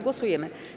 Głosujemy.